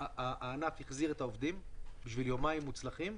הענף החזיר את העובדים בשביל יומיים מוצלחים.